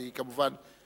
אני כמובן,